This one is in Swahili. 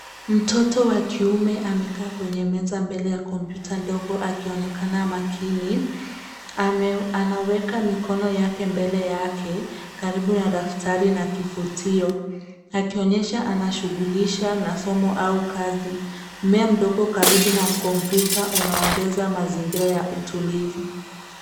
Mtoto wa kiume amekaa mbele ya kompyuta ndogo, akionekana makini. Anaweka mikono mbele yake karibu na daftari na kifutio, akionyesha anashughulisha na somo au kazi. Mmea mdogo karibu na kompyuta unaongeza mazingira ya utulivu.